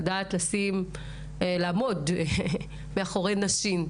לדעת לעמוד מאחורי נשים,